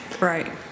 Right